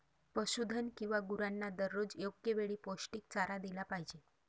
पशुधन किंवा गुरांना दररोज योग्य वेळी पौष्टिक चारा दिला पाहिजे